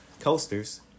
coasters